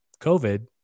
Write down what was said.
COVID